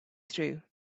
through